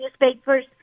newspapers